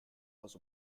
was